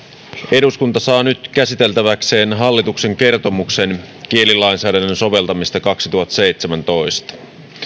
eduskunta saa nyt käsiteltäväkseen hallituksen kertomuksen kielilainsäädännön soveltamisesta kaksituhattaseitsemäntoista